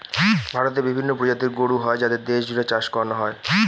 ভারতে বিভিন্ন প্রজাতির গরু হয় যাদের দেশ জুড়ে চাষ করানো হয়